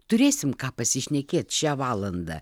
turėsim ką pasišnekėt šią valandą